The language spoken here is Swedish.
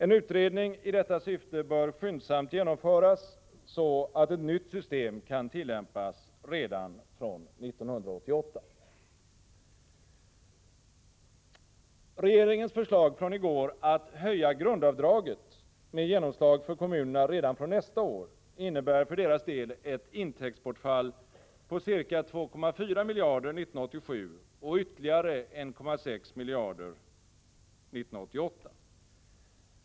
En utredning i detta syfte bör skyndsamt genomföras, så att ett nytt system kan tillämpas redan från 1988. Regeringens förslag från i går att höja grundavdraget med genomslag för kommunerna redan från nästa år innebär för deras del ett intäktsbortfall på ca 2,4 miljarder 1987 och ytterligare 1,6 miljarder 1988.